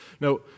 Now